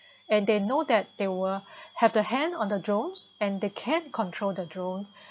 and they know that they will have their hand on their drone and they can control their drone